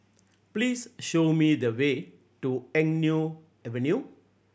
please show me the way to Eng Neo Avenue